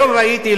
היום ראיתי,